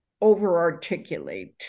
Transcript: over-articulate